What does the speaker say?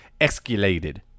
escalated